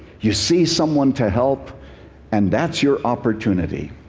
you see someone to help and that's your opportunity.